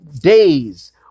days